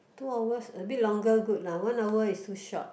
two hours a bit longer good lah one hour is too short